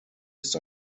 ist